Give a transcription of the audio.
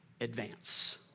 advance